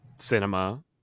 cinema